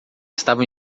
estavam